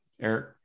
Eric